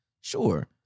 sure